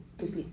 mmhmm